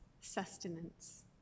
sustenance